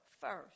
first